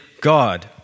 God